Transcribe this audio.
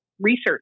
research